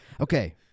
Okay